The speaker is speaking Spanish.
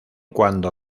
cuando